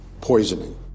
Poisoning